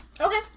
Okay